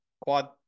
quad